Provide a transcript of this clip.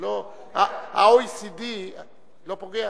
לא פוגע.